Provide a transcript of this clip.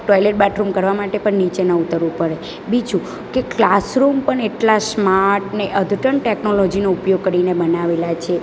toilet bathroom કરવા માટે પણ નીચે ન ઊતરવું પડે બીજું કે ક્લાસરૂમ પણ એટલા સ્માર્ટને અદ્યતન ટેકનોલોજીનો ઉપયોગ કરીને બનાવેલા છે